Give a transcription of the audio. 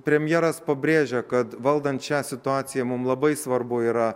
premjeras pabrėžia kad valdant šią situaciją mum labai svarbu yra